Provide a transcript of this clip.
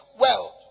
world